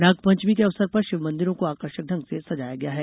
नागपंचमी के अवसर पर शिवमंदिरों को आकर्षक ढंग से सजाया गया है